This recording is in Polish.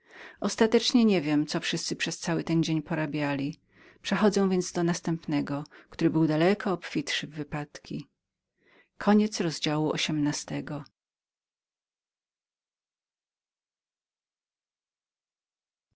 ostatecznie nie wiem co wszyscy przez cały ten dzień porabiali przechodzę więc do następnego który był daleko obfitszym w wypadki